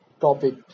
topic